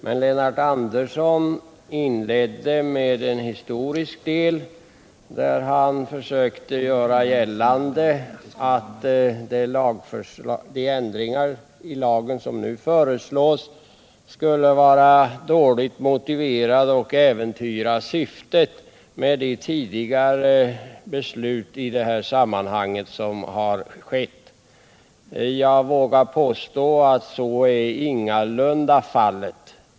Men Lennart Andersson inledde sitt anförande med en historisk del, där han försökte göra gällande att de ändringar i lagen som nu föreslås skulle vara dåligt motiverade och äventyra syftet med de beslut som tidigare fattats på området. Jag vågar påstå att så ingalunda är fallet.